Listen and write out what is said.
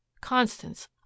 Constance